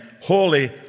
holy